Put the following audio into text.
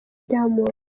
diamond